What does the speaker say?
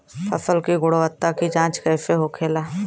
फसल की गुणवत्ता की जांच कैसे होखेला?